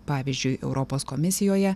pavyzdžiui europos komisijoje